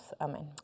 amen